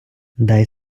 дай